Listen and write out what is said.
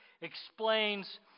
explains